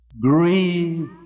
grieve